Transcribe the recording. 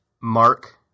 mark